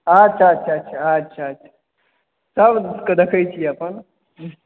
अच्छा अच्छा सबके देखै छियै